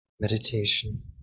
Meditation